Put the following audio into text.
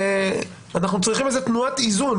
שאנחנו צריכים איזה תנועת איזון.